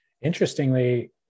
Interestingly